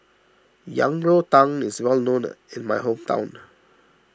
Yang Rou Tang is well known in my hometown